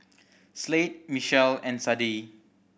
Slade Michell and Sadie